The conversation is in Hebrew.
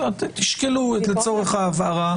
לשיטתנו אלו התנאים שצריכים להיות במה שנקבע כרגע למצב בריאותי